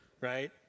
Right